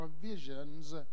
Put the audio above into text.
provisions